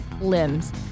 limbs